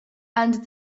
and